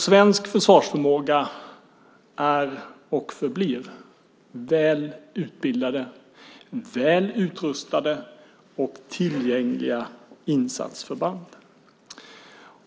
Svensk försvarsförmåga är och förblir väl utbildade, väl utrustade och tillgängliga insatsförband.